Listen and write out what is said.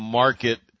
market